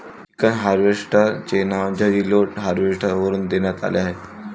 chicken harvester चे नाव Easyload harvester वरून देण्यात आले आहे